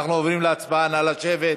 אנחנו עוברים להצבעה, נא לשבת.